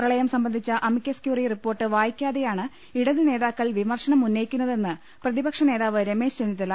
പ്രളയം സംബന്ധിച്ച amicus curiae report വായിക്കാ തെയാണ് ഇടത് നേതാക്കൾ വിമർശനമുന്നയിക്കുന്നതെന്ന് പ്രതിപക്ഷനേതാവ് രമേശ് ചെന്നിത്തല